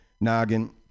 noggin